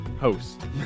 host